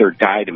died